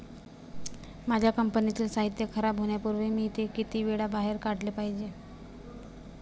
माझ्या कंपनीतील साहित्य खराब होण्यापूर्वी मी ते किती वेळा बाहेर काढले पाहिजे?